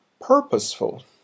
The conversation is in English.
Purposeful